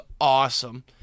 awesome